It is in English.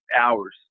hours